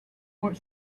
fort